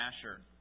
Asher